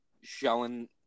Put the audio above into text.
showing